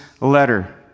letter